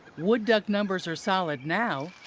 wood duck numbers are solid now,